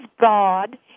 God